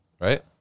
Right